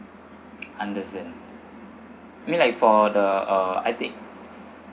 understand mean like for the uh I think